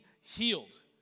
healed